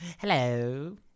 Hello